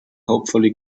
hopefully